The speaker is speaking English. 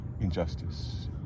injustice